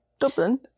dublin